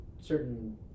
certain